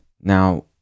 Now